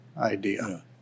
Idea